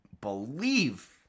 believe